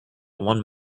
one